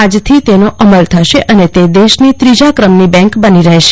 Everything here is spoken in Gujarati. આજ થી થી તેનો અમલ થશે અને તે દેશની ત્રીજા ક્રમની બેંક બની રહેશે